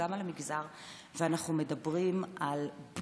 אנחנו מדברים גם על המגזר,